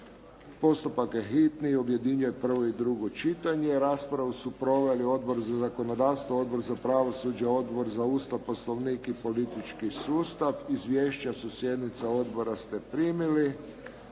Postupak je hitni objedinjuje prvo i drugo čitanje. Raspravu su proveli Odbor za zakonodavstvo, Odbora za pravosuđe, Odbor za Ustav, Poslovnik i politički sustav. Izvješća sa sjednica odbora ste primili.